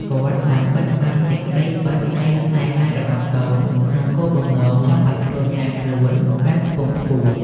គាត់បានបិទបាំងសេចក្តីពិតនៃស្នេហារបស់កូន ក្នុងគោលបំណងចង់ឲ្យគ្រួសារខ្លួនបានខ្ពង់ខ្ពស់។